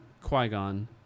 Qui-Gon